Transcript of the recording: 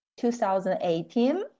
2018